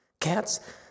Cats